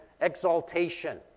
exaltation